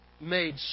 made